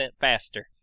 faster